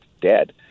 dead